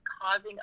causing